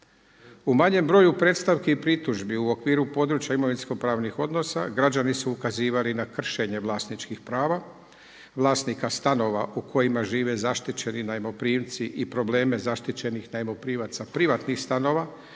U manjem broju predstavki i pritužbi u okviru područja imovinsko pravnih odnosa građani su ukazivali na kršenje vlasničkih prava vlasnika stanova u kojima žive zaštićeni najmoprimci i probleme zaštićenih najmoprimaca privatnih stanova,